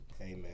Amen